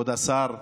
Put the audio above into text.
כבוד השר,